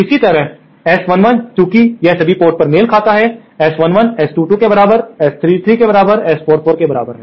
इसी तरह S11 चूंकि यह सभी पोर्ट पर मेल खाता है S11 S22 के बराबर S33 के बराबर S44 के बराबर है